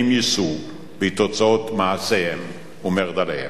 הם יישאו בתוצאות מעשיהם ומחדליהם.